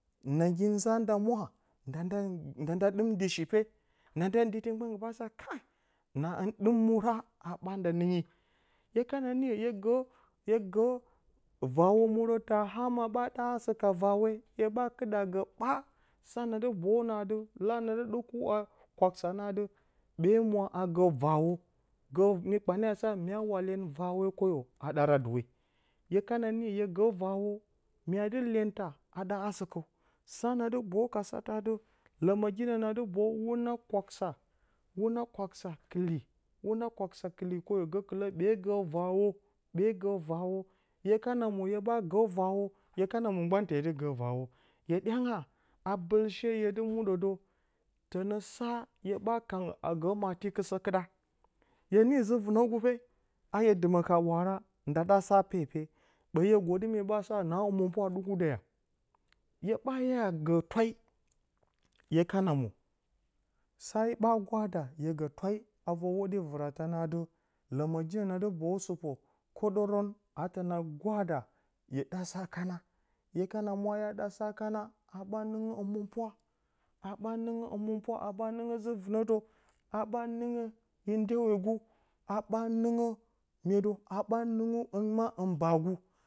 Na-gi nzaa nda mwa a, nda, nda ɗɨm ndɨshi pe, nagi ndɨti gban nggi baa sa adɨ kai na hɨn ɗɨm muura ha ɓa nda nɨnyi. Hye kana niyo hyegə, hyegə vaawo muurə ta ama a ɓaa ɗa asə ka vaawe hye ɓaa kɨɗə agə ɓaa, sa nadɨ boyu naa adɨ, la nadɨ ɗɨku a kwaksa nə adɨ, ɓee mwa a gə vaawo. Gə mi kpanye a sa mya wa lyeri vaawe kwoyo, a ɗaara duwe, hye kana niyo hye gə vaawo, mya dɨ iyenta a ɗa asə kəm sa nadɨ boyu, ka satə adɨ, ləməgi nə nadɨ boyu wuna kwak sa wuna kwaksa kɨli, gə ɓee gə waawo. Wuna kwaksa kɨli, kwo yo, gəkɨlə ɓee gə vaawo, ɓee gə vaawo, hye kana mwo hye ɓas gə vaawo, hye kana mwo gban hye te dɨ gə vaawo. Hye ayanga a bəlshe, hye dɨ muuɗə də, tənə sa, hye ɓaa kangə a gə maa tiktsə kɨɗa. Hye ni, nzə vɨnəgu pe, ha hye dɨmə ka ɓwaara, nda ɗa sa pepe, ɓə hye gəɗi nə mye, ɓaa sa na həmɨnpwa a ɗɨku də yaa. Hya ɓaa ya gə twai hye kana mwo, sa ɓaa gwada, hye gətwai a vor hwoɗi, vɨratarun nə adɨ ləməgye nadɨ boyu sɨpo, kwoɗərən, a təna gwaada hye ɗa sa kana, hye kano mwa, adɨ ya ɗa sa kana, haa ɓaa nɨngə həmɨnpwa, a ɓaa ningə həminpwa haa ɓaa nɨngə zɨ nɨnətə, haa ɓaa nɨ nga yo ndyewogu haa ɓaa nɨn gə mye dəw, haa ɓaa nɨngə hɨn maa hɨn baagu.